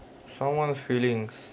someone's feelings